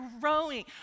growing